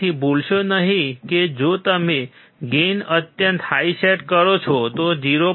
તેથી ભૂલશો નહીં જો તમે ગેઇન અત્યંત હાઈ સેટ કરો છો તો 0